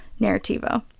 Narrativo